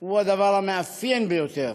הוא הדבר המאפיין ביותר